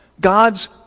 God's